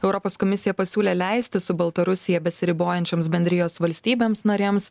europos komisija pasiūlė leisti su baltarusija besiribojančioms bendrijos valstybėms narėms